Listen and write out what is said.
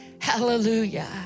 Hallelujah